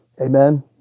amen